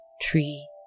tree